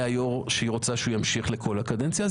היושב-ראש שהיא רוצה שימשיך לכל הקדנציה,